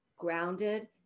grounded